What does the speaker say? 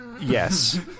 Yes